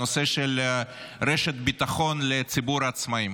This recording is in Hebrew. הנושא של רשת ביטחון לציבור העצמאים.